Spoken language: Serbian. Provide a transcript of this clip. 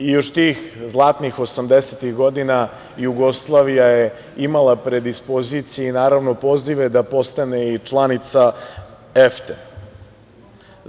Još tih zlatnih 80-tih godina Jugoslavija je imala predispozicije i naravno pozive da postane i članica EFTA-e.